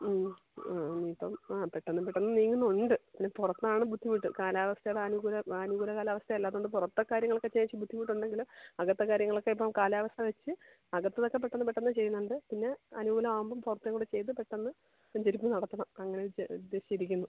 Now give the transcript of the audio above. ആ ഇപ്പം ആ പെട്ടെന്ന് പെട്ടെന്ന് നീങ്ങുന്നുണ്ട് പിന്നെ പുറത്താണ് ബുദ്ധിമുട്ട് കാലാവസ്ഥയുടെ അനുകൂലം അനുകൂല കാലാവസ്ഥ അല്ലാത്തതുകൊണ്ട് പുറത്തെ കാര്യങ്ങളൊക്കെ ചേച്ചി ബുദ്ധിമുട്ട് ഉണ്ടെങ്കിൽ അകത്തെ കാര്യങ്ങളൊക്കെ ഇപ്പം കാലാവസ്ഥ വെച്ച് അകത്തതൊക്കെ പെട്ടെന്ന് പെട്ടെന്ന് ചെയ്യുന്നുണ്ട് പിന്നെ അനുകൂലമാവുമ്പോൾ പുറത്തെ കൂടെ ചെയ്ത് പെട്ടെന്ന് വെഞ്ചരിപ്പ് നടത്തണം അങ്ങനെ വെച്ചാണ് ഉദ്ദേശിരിക്കുന്നു